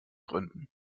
gründen